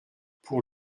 pour